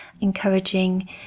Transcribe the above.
encouraging